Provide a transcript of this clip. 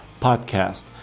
podcast